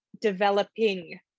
developing